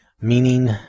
Meaning